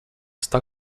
está